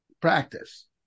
practice